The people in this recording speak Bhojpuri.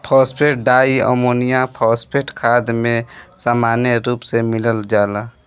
फॉस्फेट डाईअमोनियम फॉस्फेट खाद में सामान्य रूप से मिल जाला